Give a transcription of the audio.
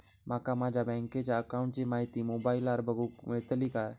माका माझ्या बँकेच्या अकाऊंटची माहिती मोबाईलार बगुक मेळतली काय?